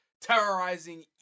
terrorizing